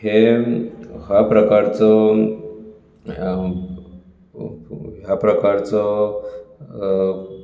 हें ह्या प्रकारचो ह्या प्रकारचो